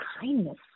kindness